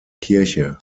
kirche